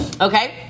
Okay